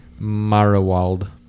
Marowald